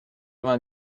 vingt